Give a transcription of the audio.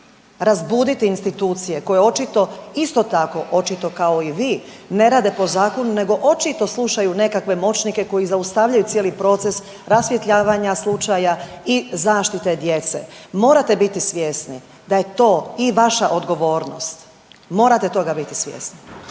razbuditi institucije koje očito isto tako, očito kao i vi, ne rade po zakonu nego očito slušaju nekakve moćnike koji zaustavljaju cijeli proces rasvjetljavanja slučaja i zaštite djece. Morate biti svjesni da je to i vaša odgovornost, morate toga biti svjesni.